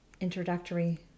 introductory